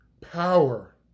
power